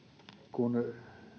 kun